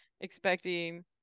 expecting